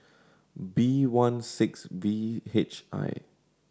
B one six V H I